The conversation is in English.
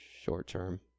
short-term